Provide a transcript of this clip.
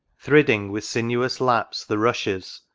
thridding with sinuous lapse the rushes,